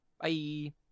Bye